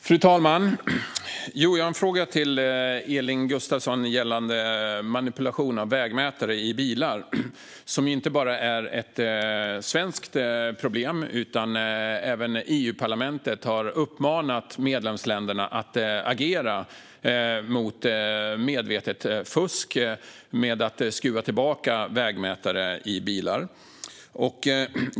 Fru talman! Jag har en fråga till Elin Gustafsson gällande manipulation av vägmätare i bilar. Det är ju inte bara ett svenskt problem, utan även EU-parlamentet har uppmanat medlemsländerna att agera mot medvetet fusk med att skruva tillbaka vägmätare i bilar.